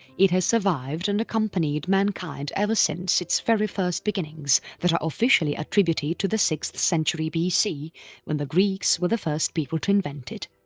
it has survived and accompanied mankind ever since its very first beginnings that are officially attributed to the sixth century bc when the greeks were the first people to invent it.